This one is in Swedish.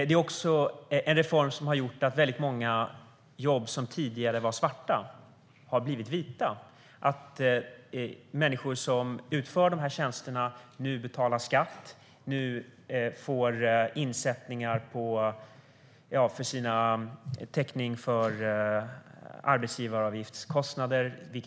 Det är också en reform som har gjort att många jobb som tidigare var svarta har blivit vita samt att människor som utför dessa tjänster nu betalar skatt och får sina arbetsgivaravgiftskostnader betalda.